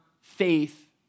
faith